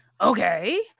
Okay